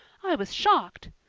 i was shocked.